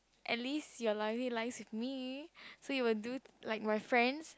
at least your loyalty lies with me so you will do like my friends